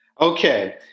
Okay